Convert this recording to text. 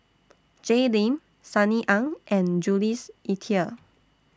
Jay Lim Sunny Ang and Jules Itier